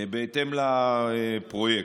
בהתאם לפרויקט.